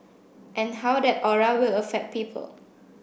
and how that aura will affect people